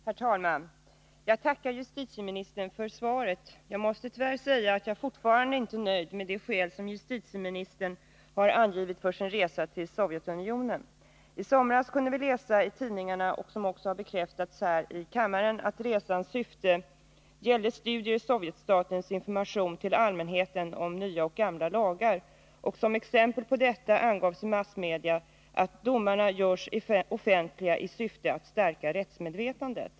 Herr talman! Jag tackar justitieministern för svaret. Jag måste tyvärr säga att jag fortfarande inte är nöjd med de skäl som justitieministern har angivit för sin resa till Sovjetunionen. I somras kunde vi itidningarna läsa — och det har också bekräftats här i kammaren — att resans syfte var att studera sovjetstatens information till allmänheten om nya och gamla lagar. Som exempel på detta angavs i massmedia att domarna görs offentliga i syfte att stärka rättsmedvetandet.